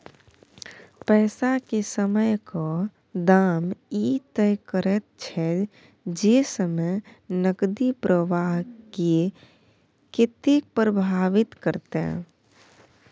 पैसा के समयक दाम ई तय करैत छै जे समय नकदी प्रवाह के कतेक प्रभावित करते